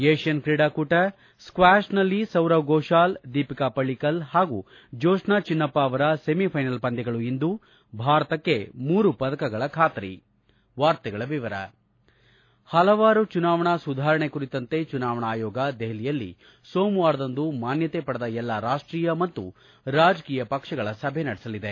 Asian ಕ್ರೀಡಾಕೂಟ ಸೌರವ್ ಘೋಷಾಲ್ ದೀಪಿಕಾ ಪಲ್ಲಿಕಲ್ ಹಾಗೂ ಜೋತ್ನಾ ಚಿನ್ನಪ್ಪ ಅವರ ಸೆಮಿಫ್ಲೆನಲ್ ಪಂದ್ಲಗಳು ಇಂದು ಭಾರತಕ್ಕೆ ಮೂರು ಪದಕಗಳ ಖಾತರಿ ಹಲವಾರು ಚುನಾವಣಾ ಸುಧಾರಣೆ ಕುರಿತಂತೆ ಚುನಾವಣಾ ಆಯೋಗ ದೆಹಲಿಯಲ್ಲಿ ಸೋಮವಾರದಂದು ಮಾನ್ನತೆ ಪಡೆದ ಎಲ್ಲಾ ರಾಷ್ಷೀಯ ಮತ್ತು ರಾಜಕೀಯ ಪಕ್ಷಗಳ ಸಭೆ ನಡೆಸಲಿದೆ